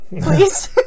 please